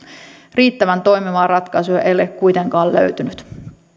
riittävän toimivaa ratkaisua ei ole kuitenkaan löytynyt